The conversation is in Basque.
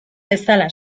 bezala